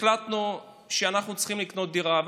החלטנו שאנחנו צריכים לקנות דירה,